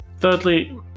Thirdly